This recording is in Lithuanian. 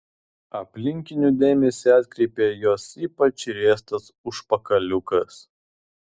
aplinkinių dėmesį atkreipė jos ypač riestas užpakaliukas